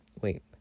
wait